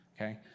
okay